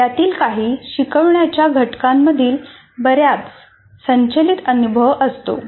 यातील काही शिकवण्याच्या घटकांमधील बराच संचलित अनुभव असतो